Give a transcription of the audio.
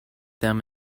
them